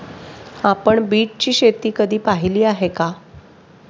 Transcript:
आपण बीटची शेती कधी पाहिली आहे का?